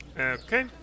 Okay